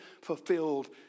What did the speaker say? fulfilled